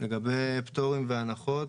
לגבי פטורים והנחות,